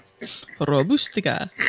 Robustica